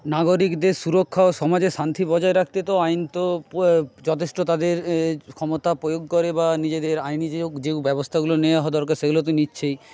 নাগরিকদের সুরক্ষা ও সমাজে শান্তি বজায় রাখতে তো আইন তো যথেষ্ট তাদের ক্ষমতা প্রয়োগ করে বা নিজেদের আইনি যে যেও ব্যবস্থাগুলো নেওয়া দরকার সেগুলো তো নিচ্ছেই